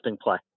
play